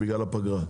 בגלל הפגרה.